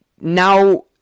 Now